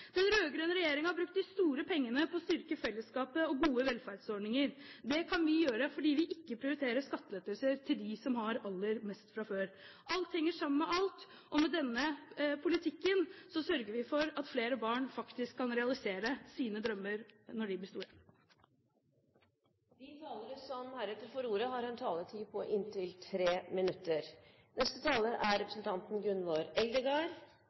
Den rød-grønne regjeringen har brukt de store pengene på å styrke fellesskapet og gode velferdsordninger. Det kan vi gjøre fordi vi ikke prioriterer skattelettelser til dem som har aller mest fra før. Alt henger sammen med alt, og med denne politikken sørger vi for at flere barn faktisk kan realisere sine drømmer når de blir store. De talere som heretter får ordet, har en taletid på inntil 3 minutter. Sjølv om kvinners yrkesdeltaking i Noreg er